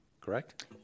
correct